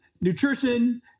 nutrition